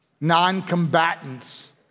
non-combatants